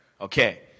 Okay